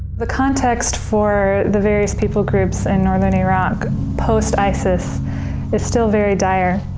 the context for the various people groups in northern iraq post-isis is still very dire.